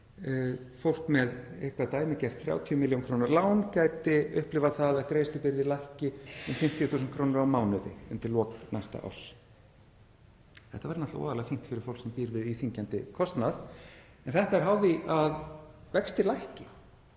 fólk með eitthvert dæmigert 30 millj. kr. lán gæti upplifað það að greiðslubyrði lækki um 50.000 kr. á mánuði undir lok næsta árs. Þetta væri náttúrlega voðalega fínt fyrir fólk sem býr við íþyngjandi kostnað en þetta er háð því að vextir lækki.